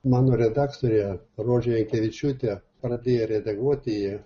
mano redaktorė rožė jankevičiūtė pradėjo redaguoti jį